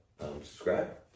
Subscribe